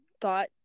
thought